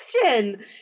question